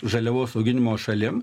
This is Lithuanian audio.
žaliavos auginimo šalim